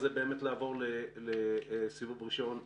איזה יופי שנתנו לכם 30 ימים.